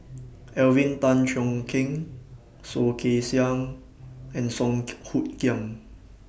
Alvin Tan Cheong Kheng Soh Kay Siang and Song Hoot Kiam